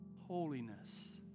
holiness